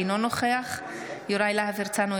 אינו נוכח יוראי להב הרצנו,